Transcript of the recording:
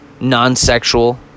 non-sexual